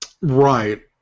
Right